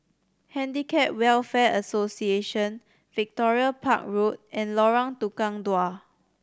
Handicap Welfare Association Victoria Park Road and Lorong Tukang Dua